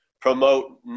promote